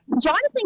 Jonathan